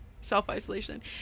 self-isolation